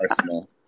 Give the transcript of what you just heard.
Arsenal